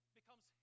becomes